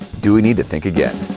do we need to think again?